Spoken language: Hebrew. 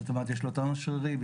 יש לו טונוס שרירים,